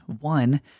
One